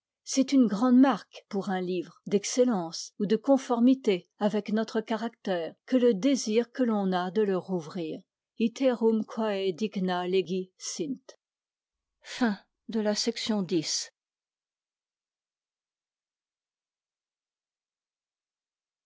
c'est une grande marque pour un livre d'excellence ou de conformité avec notre caractère que le désir que l'on a de le rouvrir iterum quæ